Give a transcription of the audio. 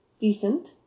decent